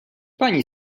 pani